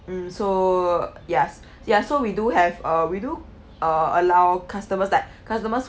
mm so yes yes so we do have uh we do uh allow customers that customers